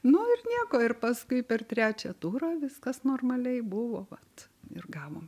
nu ir nieko ir paskui per trečią turą viskas normaliai buvo vat ir gavom